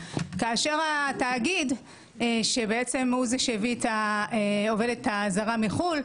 כאשר התאגיד שבעצם הוא זה שהביא את העובדת הזרה מחו"ל,